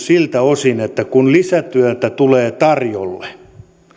siltä osin että kun lisätyötä tulee tarjolle